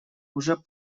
уже